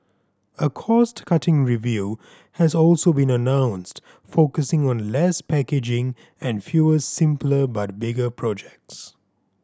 a cost cutting review has also been announced focusing on less packaging and fewer simpler but bigger projects